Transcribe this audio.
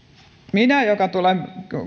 minä joka tulen